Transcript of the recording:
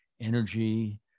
energy